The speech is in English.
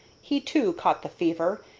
he, too, caught the fever,